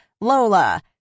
Lola